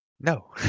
No